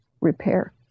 repair